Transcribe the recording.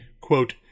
quote